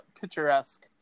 picturesque